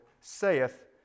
saith